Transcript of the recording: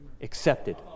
accepted